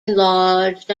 enlarged